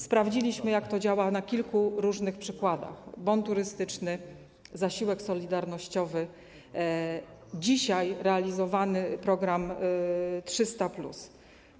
Sprawdziliśmy, jak to działa na kilku różnych przykładach, takich jak: bon turystyczny, zasiłek solidarnościowy, dzisiaj realizowany program 300+.